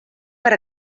per